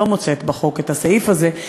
לא מוצאת בחוק את הסעיף הזה.